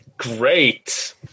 Great